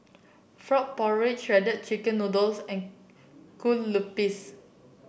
Frog Porridge Shredded Chicken Noodles and Kueh Lupis